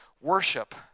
worship